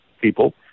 people